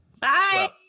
Bye